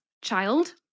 child